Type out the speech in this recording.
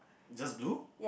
just blue